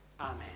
Amen